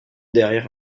derrière